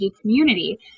community